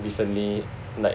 recently like